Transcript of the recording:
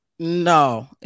No